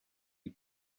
you